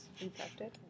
infected